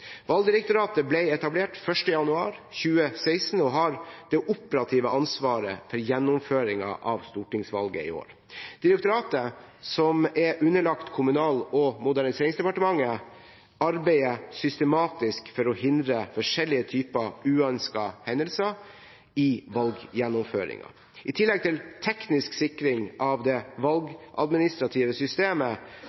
Valgdirektoratet ble etablert 1. januar 2016 og har det operative ansvaret for gjennomføringen av stortingsvalget i år. Direktoratet, som er underlagt Kommunal- og moderniseringsdepartementet, arbeider systematisk for å hindre forskjellige typer uønskete hendelser i valggjennomføringen. I tillegg til teknisk sikring av det